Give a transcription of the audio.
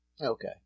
okay